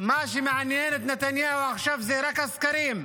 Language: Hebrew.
מה שמעניין את נתניהו עכשיו זה רק הסקרים,